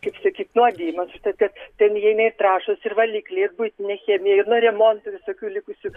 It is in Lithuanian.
kaip sakyt nuodijimas už tad kad ten įeina ir trąšos ir valikliai ir buitinė chemija ir nuo remontų visokių likusių